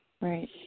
Right